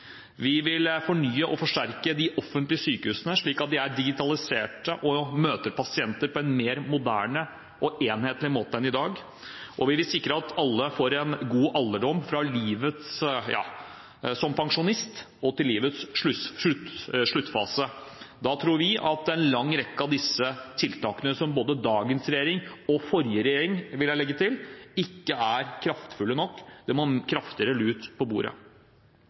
Vi vil fornye og forsterke de offentlige sykehusene, slik at de er digitaliserte og møter pasientene på en mer moderne og enhetlig måte enn i dag. Og vi vil sikre at alle får en god alderdom – både som pensjonist og mot livets sluttfase. Vi tror at en lang rekke av tiltakene – fra både dagens regjering og forrige regjering, vil jeg legge til – ikke har vært kraftfulle nok. Det må kraftigere lut på bordet.